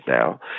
now